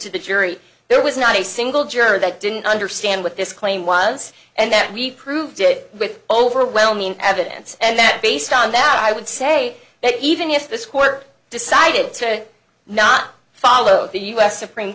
to the jury there was not a single juror that didn't understand what this claim was and that reproved it with overwhelming evidence and then based on that i would say that even if this court decided to not follow the u s supreme